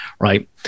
right